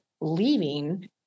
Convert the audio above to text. leaving